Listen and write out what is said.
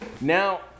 Now